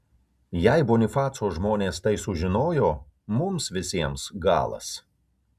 jei bonifaco žmonės tai sužinojo mums visiems galas